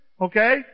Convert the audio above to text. okay